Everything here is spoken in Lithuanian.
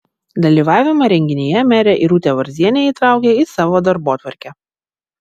dalyvavimą renginyje merė irutė varzienė įtraukė į savo darbotvarkę